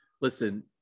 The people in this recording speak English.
listen